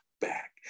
back